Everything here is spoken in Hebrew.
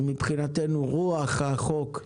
מבחינתנו רוח החוק,